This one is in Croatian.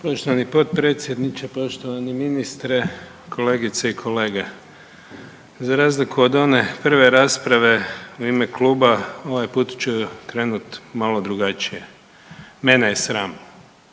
Poštovani potpredsjedniče, poštovani ministre, kolegice i kolege. Za razliku od one prve rasprave u ime kluba, ovaj put ću krenuti malo drugačije. Mene je sram.